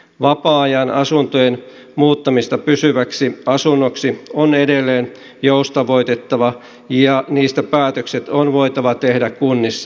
vapaa ajan asuntojen muuttamista pysyviksi asunnoiksi on edelleen joustavoitettava ja niistä päätökset on voitava tehtävä kunnissa